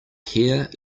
here